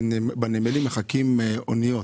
שבנמלים מחכות אוניות,